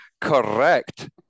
correct